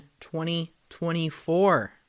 2024